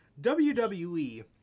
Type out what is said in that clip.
WWE